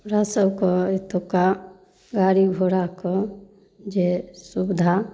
हमरासबके एतुका गाड़ी घोड़ाके जे सुविधा